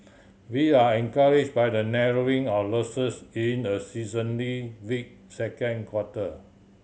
we are encouraged by the narrowing of losses in a seasonally weak second quarter